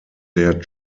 der